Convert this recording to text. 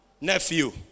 nephew